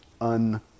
un